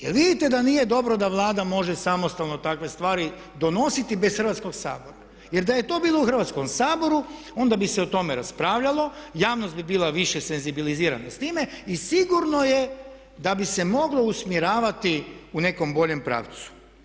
Jel vidite da nije dobro da Vlada može samostalno takve stvari donositi bez Hrvatskog sabora jer da je to bilo u Hrvatskom saboru onda bi se o tome raspravljalo, javnost bi bila više senzibilizirana s time i sigurno je da bi se moglo usmjeravati u nekom boljem pravcu.